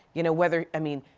you know, whether i mean,